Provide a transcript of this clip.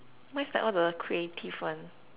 mine's like all the creative one